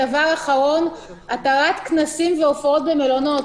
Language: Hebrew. דבר אחרון, התרת כנסים והופעות במלונות.